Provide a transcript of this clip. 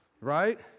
right